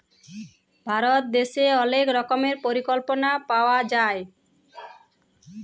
ভারত দ্যাশে অলেক রকমের পরিকল্পলা পাওয়া যায়